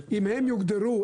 אם הם יוגדרו